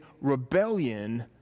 rebellion